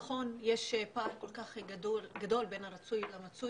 נכון, יש פער כל כך גדול בין הרצוי למצוי.